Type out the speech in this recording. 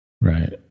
Right